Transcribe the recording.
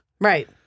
right